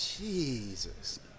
Jesus